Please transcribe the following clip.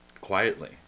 quietly